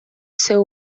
seu